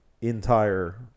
entire